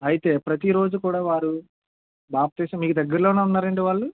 అయితే ప్రతీరోజూ కూడా వారు బాప్తీసం మీకు దగ్గర్లోనే ఉన్నారండి వాళ్ళు